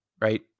right